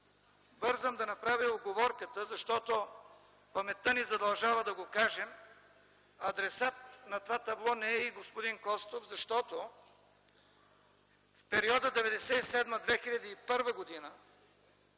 Бързам да направя уговорката, защото паметта ни задължава да го кажем – адресат на това табло не е и господин Костов, защото в периода 1997-2001 г.,